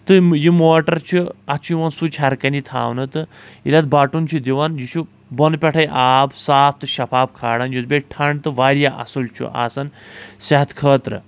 تہٕ یہِ موٹر چھُ اَتھ چھُ یِوان سُوٚیچ ہیٚرٕ کَنہِ تھاونہٕ تہٕ ییٚلہِ اتھ بَٹُن چھِ دِوان تہٕ یہِ چھُ بۄنہٕ پٮ۪ٹھے آب صاف تہٕ شفاف چھُ کھاران یُس بیٚیہِ ٹھنٛڈ تہٕ واریاہ اَصٕل چھُ آسان صحتہٕ خٲطرٕ